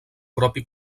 propi